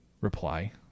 Reply